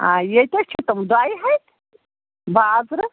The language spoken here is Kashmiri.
آ ییٚتہِ حظ چھِ تِم دۄیہِ ہَتہِ بازرٕ